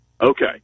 Okay